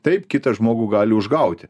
taip kitą žmogų gali užgauti